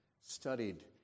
studied